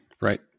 right